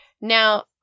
Now